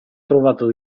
trovato